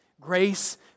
Grace